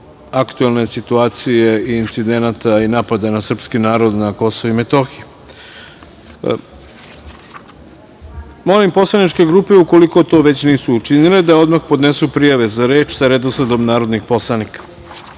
aktuelne situacije, incidenata i napada na srpski narod na Kosovu i Metohiji. Molim poslaničke grupe, ukoliko to već nisu učinile, da odmah podnesu prijave za reč sa redosledom narodnih poslanika. Saglasno